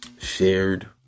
shared